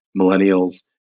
Millennials